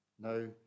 no